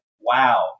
Wow